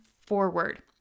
forward